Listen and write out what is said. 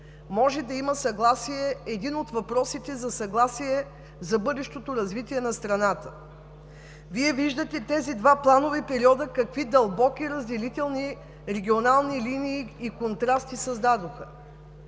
може да има съгласие, един от въпросите за съгласие, за бъдещото развитие на страната. Вие виждате тези два планови периода какви дълбоки разделителни регионални линии и контрасти създадоха.